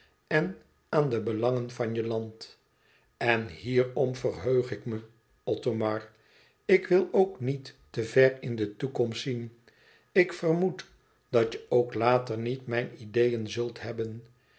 en aan de belangen van je land en hierom verheug ik me othomar ik wil ook niet te ver in de toekomst zien ik vermoed dat je ook later niet mijn ideeën zult hebben